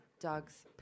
dogs